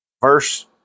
Verse